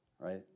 Right